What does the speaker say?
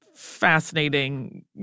fascinating